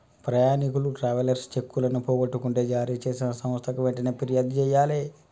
ప్రయాణీకులు ట్రావెలర్స్ చెక్కులను పోగొట్టుకుంటే జారీచేసిన సంస్థకి వెంటనే పిర్యాదు జెయ్యాలే